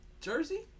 Jersey